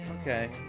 Okay